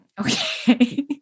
Okay